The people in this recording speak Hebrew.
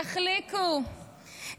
תחליקו,